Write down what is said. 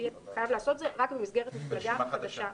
חייב לעשות את זה רק במסגרת מפלגה חדשה לגמרי.